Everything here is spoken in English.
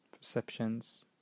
perceptions